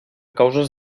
causes